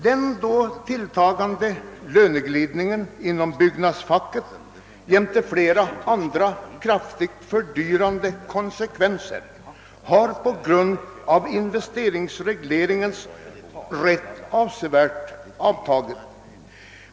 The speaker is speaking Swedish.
Den då tilltagande löneglidningen inom byggnadsfacket jämte flera andra kraftigt fördyrande faktorer har på grund av investeringsregleringen rätt avsevärt avtagit.